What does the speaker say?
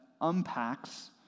unpacks